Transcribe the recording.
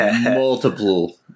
multiple